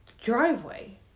driveway